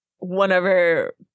whenever